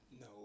No